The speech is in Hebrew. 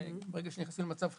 ברגע שנכנסים למצב חירום,